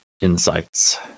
insights